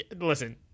Listen